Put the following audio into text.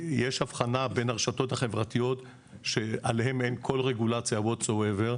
יש הבחנה בין הרשתות החברתיות שעליהן אין כל רגולציה כלשהי,